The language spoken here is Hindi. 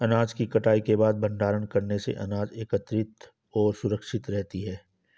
अनाज की कटाई के बाद भंडारण करने से अनाज एकत्रितऔर सुरक्षित रहती है